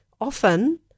often